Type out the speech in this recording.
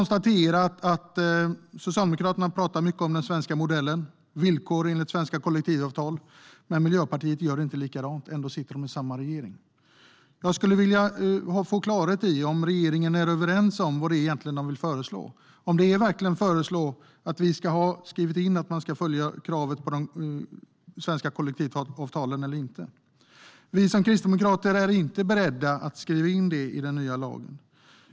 Socialdemokraterna talar mycket om den svenska modellen och villkor enligt svenska kollektivavtal. Men Miljöpartiet gör inte likadant. Ändå sitter de i samma regering. Jag skulle vilja få klarhet i om regeringen är överens om vad den vill föreslå. Vill regeringen föreslå att vi ska skriva in att man ska följa de svenska kollektivavtalen eller inte? Vi kristdemokrater är inte beredda att skriva in det i den nya lagen.